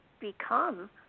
become